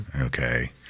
Okay